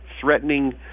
threatening